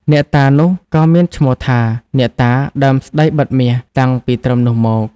អ្នកតានោះក៏មានឈ្មោះថា "អ្នកតាដើមស្តីបិទមាស” តាំងពីត្រឹមនោះមក។